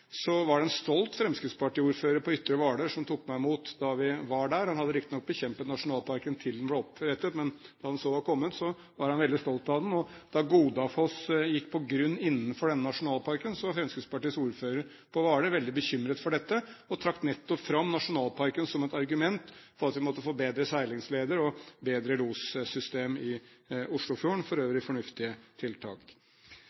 så var kommet, var han veldig stolt av den. Da «Godafoss» gikk på grunn innenfor denne nasjonalparken, var ordføreren fra Fremskrittspartiet på Hvaler veldig bekymret for dette, og trakk nettopp fram nasjonalparken som et argument for at vi måtte få bedre seilingsleder og bedre lossystem i Oslofjorden – for